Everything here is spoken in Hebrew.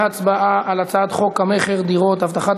אנחנו עוברים להצבעה על הצעת חוק המכר (דירות) (הבטחת